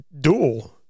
dual